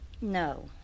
No